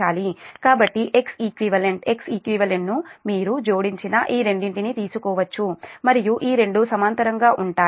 కాబట్టి xeq xeq ను మీరు జోడించిన ఈ రెండింటిని తీసుకోవచ్చు మరియు ఈ రెండు సమాంతరంగా ఉంటాయి